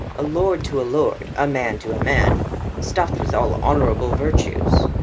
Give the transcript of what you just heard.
a lord to a lord, a man to a man stuffed with all honourable virtues.